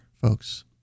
folks